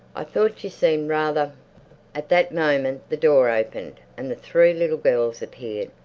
i thought you seemed rather at that moment the door opened and the three little girls appeared,